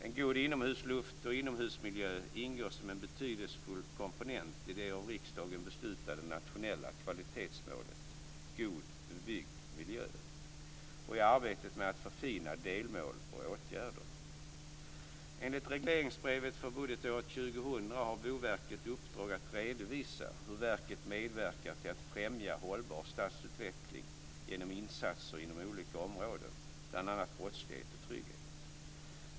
En god inomhusluft och inomhusmiljö ingår som en betydelsefull komponent i det av riksdagen beslutade nationella miljökvalitetsmålet God bebyggd miljö och i arbetet med att förfina delmål och åtgärder. Boverket i uppdrag att redovisa hur verket medverkat till att främja hållbar stadsutveckling genom insatser inom olika områden, bl.a. brottslighet och trygghet.